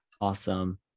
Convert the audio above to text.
Awesome